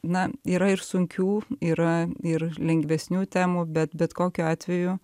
na yra ir sunkių yra ir lengvesnių temų bet bet kokiu atveju